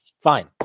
Fine